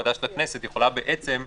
ועדה של הכנסת יכולה בעצם לכתוב מחדש את זה.